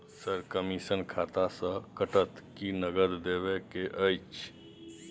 Sir, commission खाता से कटत कि नगद देबै के अएछ?